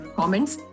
comments